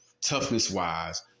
toughness-wise